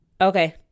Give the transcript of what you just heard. okay